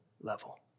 level